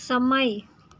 સમય